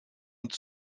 uns